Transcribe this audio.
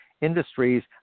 industries